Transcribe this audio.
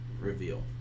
reveal